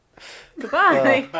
Goodbye